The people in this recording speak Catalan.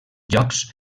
jocs